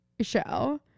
show